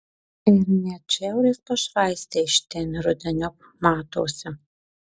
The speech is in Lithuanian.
ir net šiaurės pašvaistė iš ten rudeniop matosi